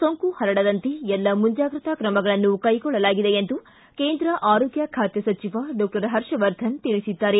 ಸೋಂಕು ಹರಡದಂತೆ ಎಲ್ಲ ಮುಂಜಾಗ್ರತಾ ಕ್ರಮಗಳನ್ನು ಕೈಗೊಳ್ಳಲಾಗಿದೆ ಎಂದು ಕೇಂದ್ರ ಆರೋಗ್ಯ ಖಾತೆ ಸಚಿವ ಡಾಕ್ಷರ್ ಹರ್ಷವರ್ಧನ ತಿಳಿಸಿದ್ದಾರೆ